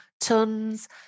tons